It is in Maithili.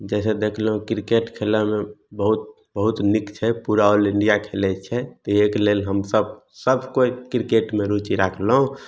जाहिसे देखलहुॅं क्रिकेट खेलैमे बहुत बहुत नीक छै पुरा ऑल इण्डिया खेलै छै इएहके लेल हमसब सब कोइ क्रिकेटमे रुचि राखलहुॅं